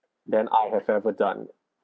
than I have ever done